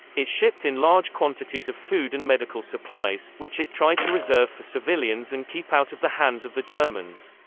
it shipped in large quantities of food and medical supplies, which it tried to reserve for civilians and keep out of the hands of the germans.